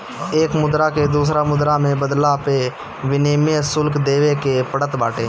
एक मुद्रा के दूसरा मुद्रा में बदलला पअ विनिमय शुल्क देवे के पड़त बाटे